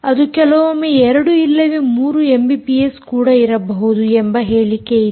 ಅದು ಕೆಲವೊಮ್ಮೆ 2 ಇಲ್ಲವೇ 3 ಎಮ್ಬಿಪಿಎಸ್ ಕೂಡ ಇರಬಹುದು ಎಂಬ ಹೇಳಿಕೆಯಿದೆ